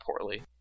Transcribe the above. poorly